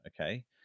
okay